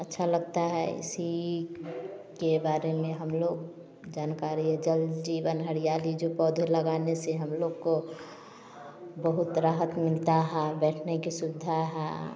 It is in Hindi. अच्छा लगता है इसी के बारे में हम लोग जानकारी है जल जीवन हरियाली जो पौधो लगाने से हम लोग को बहुत राहत मिलता है बैठने की सुविधा है